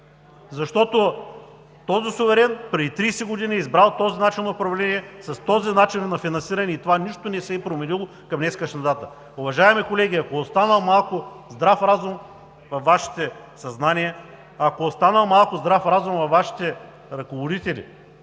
защото суверенът преди 30 години е избрал този начин на управление с този начин на финансиране и нищо не се е променило към днешна дата. Уважаеми колеги, ако е останал малко здрав разум във Вашето съзнание, ако е останал малко здрав разум във Вашите ръководители,